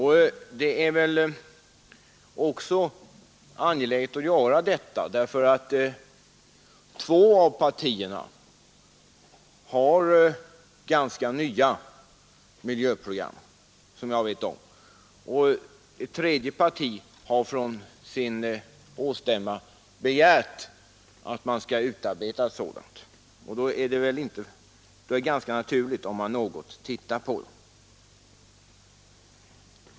Det finns anledning att göra detta, eftersom två av partierna har ganska nya miljöprogram. Ett tredje parti har från sin årsstämma begärt att man skall utarbeta ett sådant. Då är det ganska naturligt att man studerar detta litet.